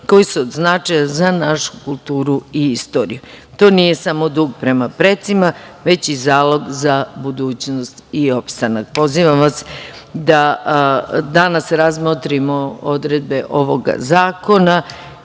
koji su od značaja za našu kulturu i istoriju. To nije samo dug prema precima, već i zalog za budućnost i opstanak. Pozivam vas da danas razmotrimo odredbe ovog zakona